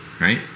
Right